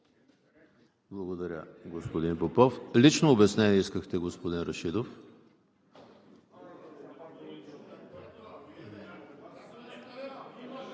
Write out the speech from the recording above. Благодаря, господин Попов. Лично обяснение искахте, господин Рашидов?